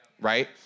right